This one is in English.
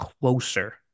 closer